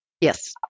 Yes